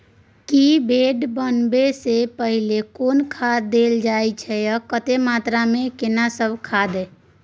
की bed बनबै सॅ पहिने कोनो खाद देल जाय आ कतेक मात्रा मे केना सब खाद?